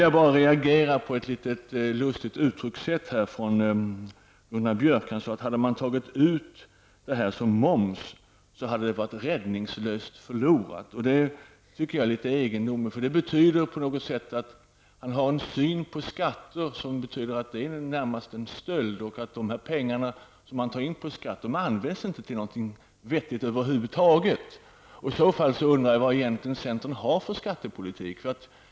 Jag reagerar på ett litet lustigt uttryckssätt av Gunnar Björk. Han sade att om man hade tagit ut det här som moms hade det varit räddningslöst förlorat. Det tycker jag är litet egendomligt. Det innebär att han har en syn på skatter som närmast en stöld. Det betyder att han anser att de pengar som man tar in på skatter över huvud taget inte används till någonting vettigt. I så fall undrar jag vad centern har för skattepolitik.